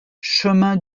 chemin